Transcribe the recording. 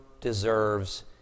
deserves